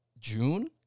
June